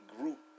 group